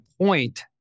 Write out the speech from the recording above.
point